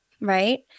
Right